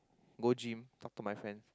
go gym talk to my friend